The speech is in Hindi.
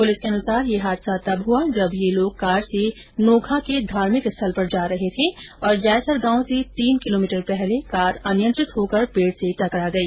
पुलिस के अनुसार ये हादसा तब हुआ जब ये लोग कार से नौखा के धार्मिक स्थल पर जा रहे थे और जायसर गांव से तीन किलोमीटर पहले कार अनियंत्रित होकर पेड से टकरा गई